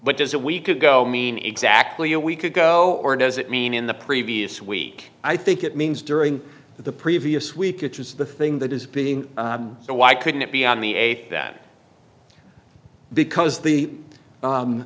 but does a week ago mean exactly a week ago or does it mean in the previous week i think it means during the previous week it was the thing that is being so why couldn't it be on the eighth that because the